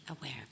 aware